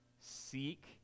Seek